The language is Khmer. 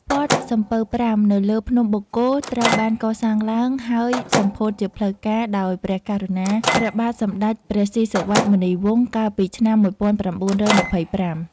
វត្តសំពៅប្រាំនៅលើភ្នំបូកគោត្រូវបានកសាងឡើង ហើយសម្ពោធជាផ្លូវការដោយព្រះករុណា ព្រះបាទសម្ដេចព្រះស៊ីសុវត្ថិ-មុនីវង្ស កាលពីឆ្នាំ ១៩២៥ ។